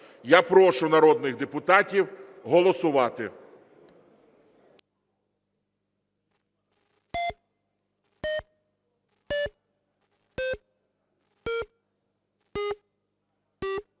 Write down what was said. Я прошу народних депутатів голосувати.